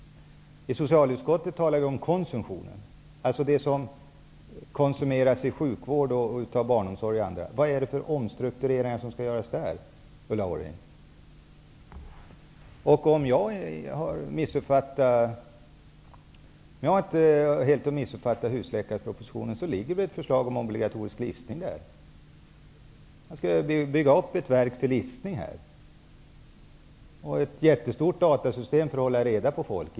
I socialutskottet talar vi om konsumtionen, dvs. det som konsumeras i sjukvård och i barnomsorg och annat. Vad är det för omstruktureringar som skall göras där, Ulla Orring? Om jag inte helt har missuppfattat husläkarpropositionen så finns det ett förslag om obligatorisk listning där. Man skall bygga upp ett verk för listning och ett jättestort datasystem för att hålla reda på folk.